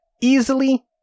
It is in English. easily